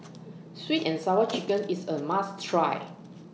Sweet and Sour Chicken IS A must Try